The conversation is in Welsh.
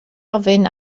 ofyn